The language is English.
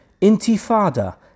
Intifada